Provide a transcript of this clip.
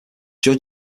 judge